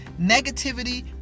negativity